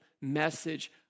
message